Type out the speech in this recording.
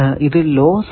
ഇത് ലോസ് അല്ല